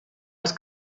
els